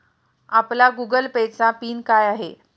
आपला Google Pay चा pin काय आहे?